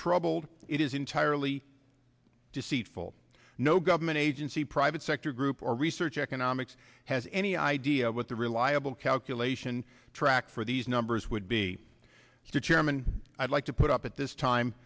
troubled it is entirely deceitful no government agency private sector group or research economics has any idea what the reliable calculation track for these numbers would be the chairman i'd like to put up at this time